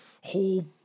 whole